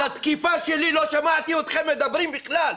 על התקיפה שלי לא שמעתי אתכם מדברים בכלל.